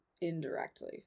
indirectly